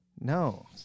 No